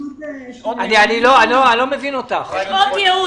שעות ייעוץ.